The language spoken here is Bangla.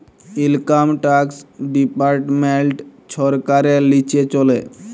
ইলকাম ট্যাক্স ডিপার্টমেল্ট ছরকারের লিচে চলে